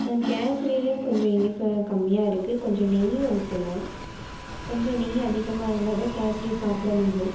கேசரிலேயும் கொஞ்சம் இனிப்பு கம்மியாக இருக்குது கொஞ்சம் நெய்யை ஊற்றுங்க கொஞ்சம் நெய் அதிகமாக இருந்தால் தான் கேசரி சாப்பிட முடியும்